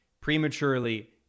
prematurely